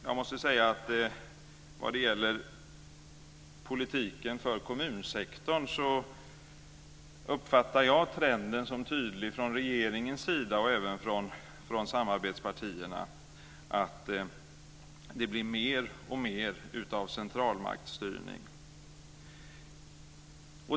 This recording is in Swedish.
Jag måste säga att vad det gäller politiken för kommunsektorn uppfattar jag trenden som tydlig från regeringens sida och även från samarbetspartierna, att det blir mer och mer av centralmaktstyrning.